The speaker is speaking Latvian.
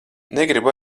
negribu